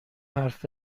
حرف